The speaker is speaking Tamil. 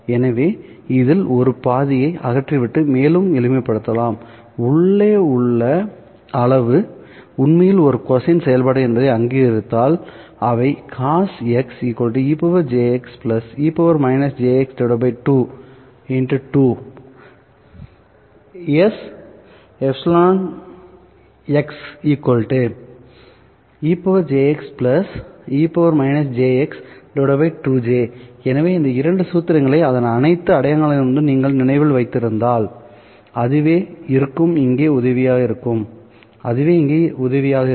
எனவே இதில் ஒரு பாதியை அகற்றிவிட்டு மேலும் எளிமைப்படுத்தலாம்உள்ளே உள்ள அளவு உண்மையில் ஒரு கொசைன் செயல்பாடு என்பதை அங்கீகரித்தல் எனவே எனவே இந்த இரண்டு சூத்திரங்களையும் அதன் அனைத்து அடையாளங்களிலிருந்தும் நீங்கள் நினைவில் வைத்திருந்தால் அதுவே இருக்கும் இங்கே உதவியாக இருக்கும்